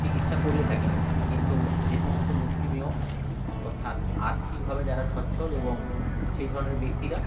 চিকিৎসা করিয়ে থাকেন কিন্তু যে সমস্ত মুষ্টিমেয় অর্থাৎ আর্থিকভাবে যারা সচ্ছ্বল এবং সেই ধরনের ব্যক্তিরা